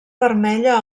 vermella